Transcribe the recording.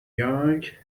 young